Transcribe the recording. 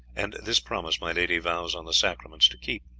and this promise my lady vows on the sacraments to keep.